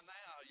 now